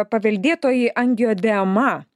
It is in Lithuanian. paveldėtoji angioedema